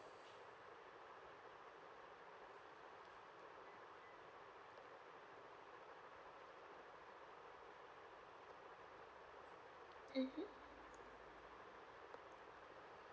mmhmm